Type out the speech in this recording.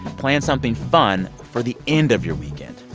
plan something fun for the end of your weekend.